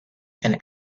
and